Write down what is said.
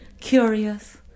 curious